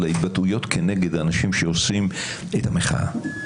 ההתבטאויות כנגד האנשים שעושים את המחאה.